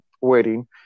waiting